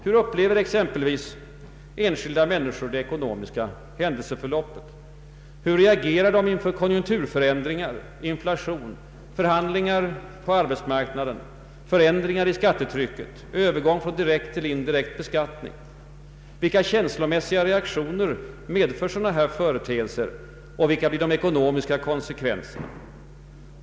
Hur upplever exempelvis enskilda människor det ekonomiska händelseförloppet? Hur reagerar de inför konjunkturförändringar, inflation, förhandlingar på arbetsmarknaden, förändringar i skattetrycket, övergång från direkt till indirekt beskattning? Vilka känslomässiga reaktioner medför sådana företeel ser, och vilka blir de ekonomiska konsekvenserna?